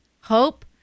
Hope